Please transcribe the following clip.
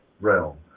realm